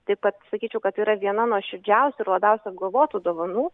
taip pat sakyčiau kad yra viena nuoširdžiausių ir labiausiai apgalvotų dovanų